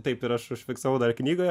taip ir aš užfiksavau dar knygoje